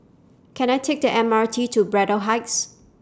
Can I Take The M R T to Braddell Heights